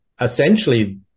essentially